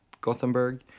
Gothenburg